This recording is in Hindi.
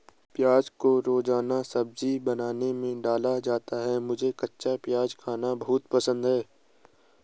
प्याज को रोजाना सब्जी बनाने में डाला जाता है मुझे कच्चा प्याज खाना बहुत पसंद है